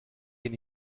den